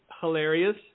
hilarious